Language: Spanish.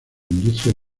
industria